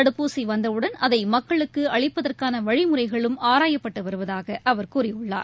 தடுப்பூசி வந்தவுடன் அதை மக்களுக்கு அளிப்பதற்கான வழிமுறைகளும் ஆராயப்பட்டு வருவதாக அவர் கூறியுள்ளார்